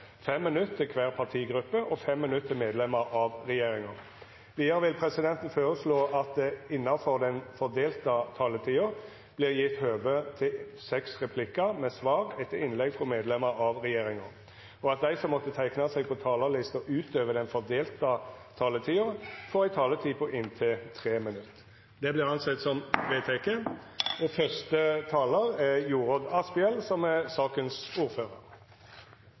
minutt til kvar partigruppe og 3 minutt til medlemer av regjeringa. Vidare vil presidenten føreslå at det – innanfor den fordelte taletida – vert gjeve anledning til inntil fem replikkar med svar etter innlegg frå medlemer av regjeringa, og at dei som måtte teikna seg på talarlista utover den fordelte taletida, får ei taletid på inntil 3 minutt. – Det er vedteke. Legemiddelet Spinraza kan hjelpe folk med spinal muskelatrofi. Dette er det første legemiddelet som